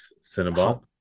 Cinnabon